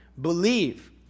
believe